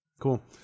cool